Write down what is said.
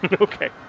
Okay